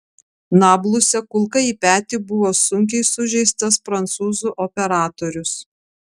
nabluse kulka į petį buvo sunkiai sužeistas prancūzų operatorius